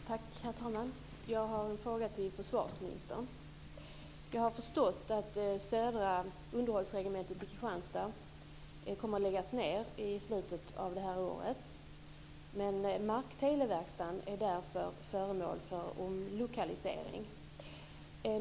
Herr talman! Jag har en fråga till försvarsministern. Jag har förstått att Södra underhållsregementet i Kristianstad kommer att läggas ned i slutet av året. Markteleverkstaden är därför föremål för omlokalisering.